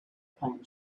pine